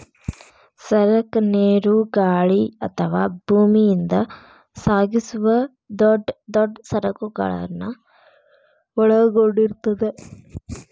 ಸರಕ ನೇರು ಗಾಳಿ ಅಥವಾ ಭೂಮಿಯಿಂದ ಸಾಗಿಸುವ ದೊಡ್ ದೊಡ್ ಸರಕುಗಳನ್ನ ಒಳಗೊಂಡಿರ್ತದ